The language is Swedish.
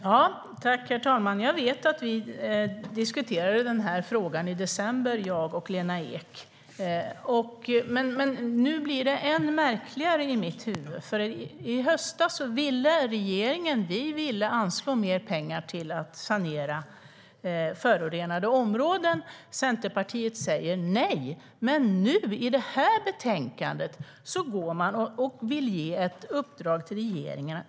Herr talman! Jag vet att vi diskuterade den här frågan i december, jag och Lena Ek. Men nu blir det än märkligare i mitt huvud. I höstas ville nämligen regeringen anslå mer pengar till att sanera förorenade områden. Centerpartiet sa nej. Men nu, i det här betänkandet, vill man ge ett uppdrag till regeringen.